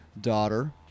daughter